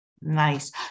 Nice